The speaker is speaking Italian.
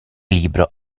libro